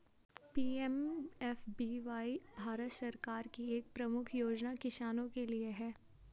PMFBY Bharat सरकार की एक प्रमुख योजना किसानों के लिए है